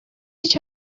each